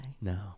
No